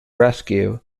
rescue